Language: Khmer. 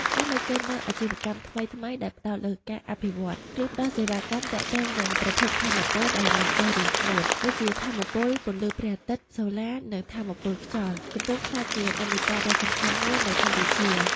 ការលេចចេញនូវអាជីវកម្មថ្មីៗដែលផ្ដោតលើការអភិវឌ្ឍ ឬផ្ដល់សេវាកម្មទាក់ទងនឹង ប្រភពថាមពលដែលមិនចេះរីងស្ងួត (ដូចជា ថាមពលពន្លឺព្រះអាទិត្យ (សូឡា) និង ថាមពលខ្យល់) កំពុងក្លាយជានិន្នាការដ៏សំខាន់មួយនៅកម្ពុជា។